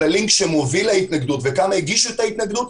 של הלינק שמוביל להתנגדות וכמה הגישו את ההתנגדות.